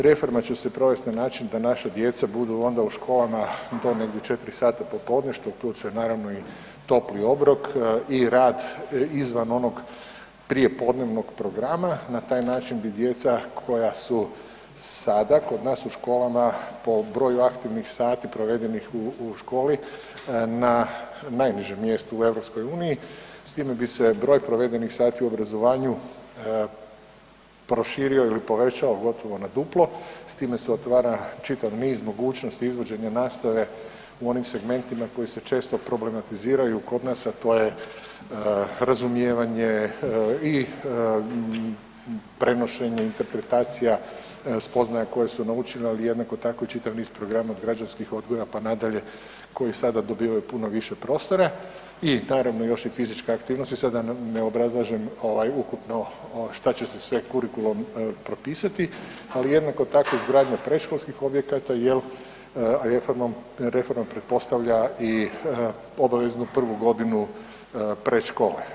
Reforma će se provesti na način da naša djeca budu onda u školama do negdje 4 sata po podne što uključuje naravno i topli obrok i rad izvan onog prijepodnevnog programa, na taj način bi djeca koja su sada kod nas u školama po broju aktivnih sati provedenih u školi, na najnižom mjestu u EU-u, s time bi se broj provedenih sati u obrazovanju proširio ili povećao gotovo na duplo, s time se otvara čitav niz mogućnosti izvođenja nastave u onim segmentima koji se često problematiziraju kod nas a to je razumijevanje i prenošenje interpretacija, spoznaja koja su naučila i jednako tako i čitav niz programa građanskih odgoja pa nadalje koji sada dobivaju puno više prostora i naravno još i fizička aktivnost i sada da ne obrazlažem, ukupno šta će se sve kurikulumom propisati ali jednako tako izgradnja predškolskih objekata, jel, reformom pretpostavlja i obaveznu prvu godinu predškole.